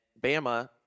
Bama